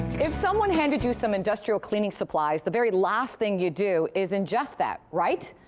if someone handed you some industrial cleaning supplies. the very last thing you do is ingest that. right?